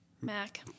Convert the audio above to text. mac